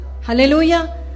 Hallelujah